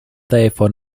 therefore